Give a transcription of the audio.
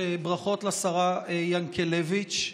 ברכות לשרה ינקלביץ'.